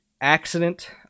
accident